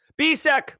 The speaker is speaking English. BSEC